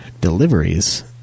Deliveries